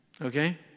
okay